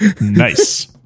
Nice